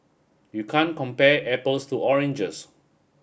you can't compare apples to oranges